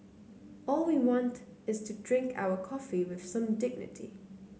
all we want is to drink our coffee with some dignity